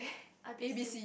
A B C